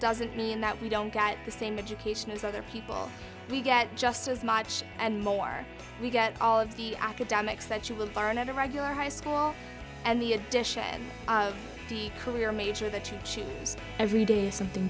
doesn't mean that we don't get the same education as other people we get just as much and more we get all of the academics that you will burn at a regular high school and the addition and the career major the to choose every day something